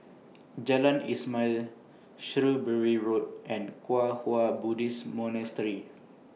Jalan Ismail Shrewsbury Road and Kwang Hua Buddhist Monastery